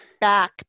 Back